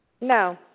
No